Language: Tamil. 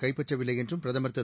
கைப்பற்றவில்லை என்றும் பிரதமர் திரு